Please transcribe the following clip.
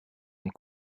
und